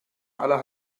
aller